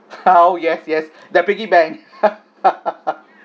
how yes yes that piggy bank